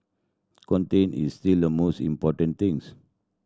content is still the most important things